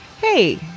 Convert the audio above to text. hey